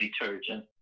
detergent